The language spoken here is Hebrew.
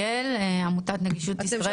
עמותת נגישות ישראל.